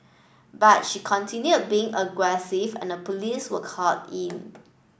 but she continued being aggressive and a police were called in